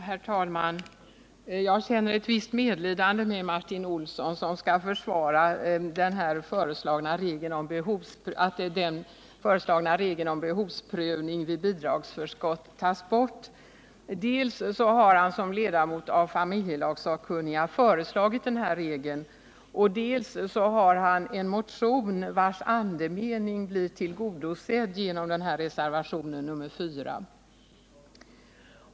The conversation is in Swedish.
Herr talman! Jag känner ett visst medlidande med Martin Olsson som skall försvara avskaffandet av den föreslagna regeln om behovsprövning vid bidragsförskott. Dels har han som ledamot av familjelagssakkunniga föreslagit införande av denna regel, dels står han bakom en motion vars syfte skulle bli tillgodosett genom bifall till reservationen 4.